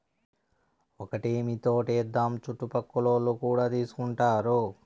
ఒక్కటేమీ తోటే ఏద్దాము చుట్టుపక్కలోల్లు కూడా తీసుకుంటారు